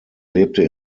lebte